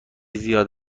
زیاد